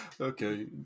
Okay